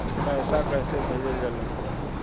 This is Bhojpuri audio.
पैसा कैसे भेजल जाला?